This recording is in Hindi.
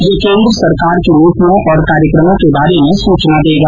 यह केन्द्र सरकार की नीतियों और कार्यक्रमों के बारे में सूचना देगा